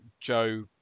joe